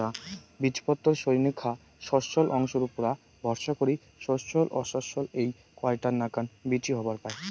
বীজপত্রর সইঙখা শস্যল অংশর উপুরা ভরসা করি শস্যল ও অশস্যল এ্যাই কয়টার নাকান বীচি হবার পায়